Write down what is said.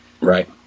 Right